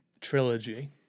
trilogy